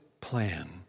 plan